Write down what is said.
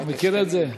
אתה מכיר את זה?